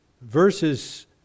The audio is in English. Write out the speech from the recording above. verses